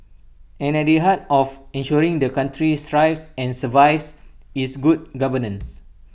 and at the heart of ensuring the country thrives and survives is good governance